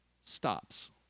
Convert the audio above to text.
stops